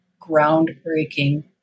groundbreaking